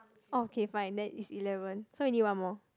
oh okay fine then it's eleven so you need one more